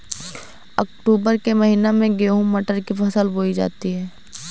अक्टूबर के महीना में गेहूँ मटर की फसल बोई जाती है